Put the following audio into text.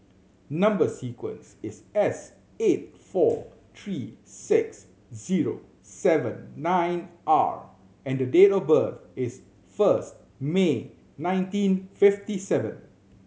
number sequence is S eight four three six zero seven nine R and date of birth is first May nineteen fifty seven